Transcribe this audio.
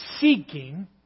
seeking